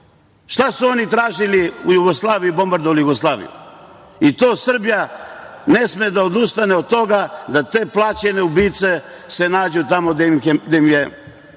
Šta su oni tražili u Jugoslaviji kad su bombardovali Jugoslaviju? Srbija ne sme da odustane od toga da se te plaćene ubice nađu tamo gde im je